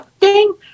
ding